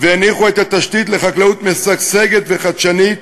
והניחו את התשתית לחקלאות משגשגת וחדשנית,